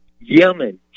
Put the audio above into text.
yemen